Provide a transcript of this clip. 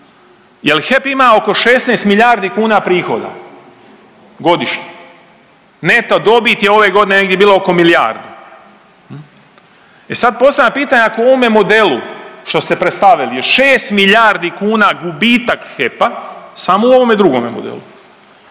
jer HEP ima oko 16 milijardi kuna prihoda godišnje. Neto dobit je ove godine bila negdje oko milijardu. E sad postavljam pitanje ako u ovome modelu što ste predstavili je 6 milijardi kuna gubitak HEP-a, samo u ovome drugome modelu.